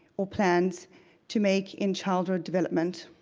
or plans to make in childhood development.